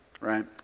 right